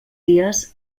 dies